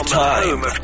time